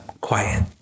quiet